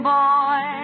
boy